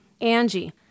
Angie